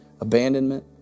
abandonment